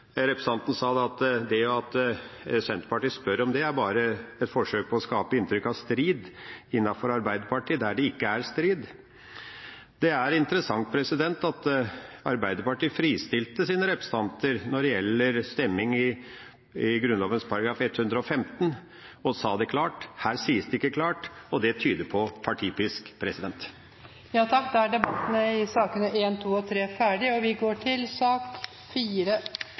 representanten Truls Wickholm og fristillelse: Representanten sa at det at Senterpartiet spør om det, bare er et forsøk på å skape inntrykk av strid innenfor Arbeiderpartiet, der det ikke er strid. Det er interessant at Arbeiderpartiet fristilte sine representanter når det gjaldt avstemningen vedrørende Grunnloven § 115, og sa det klart. Her sies det ikke klart, og det tyder på partipisk. Flere har ikke bedt om ordet til sakene nr. 1, 2 og 3. Etter ønske fra finanskomiteen vil presidenten foreslå at sakene nr. 4 og